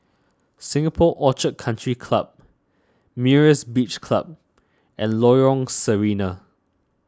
Singapore Orchid Country Club Myra's Beach Club and Lorong Sarina